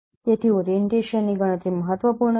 તેથી ઓરીએન્ટેશનની ગણતરી મહત્વપૂર્ણ છે